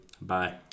Bye